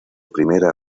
primera